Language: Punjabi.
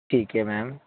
ਠੀਕ ਹੈ ਮੈਮ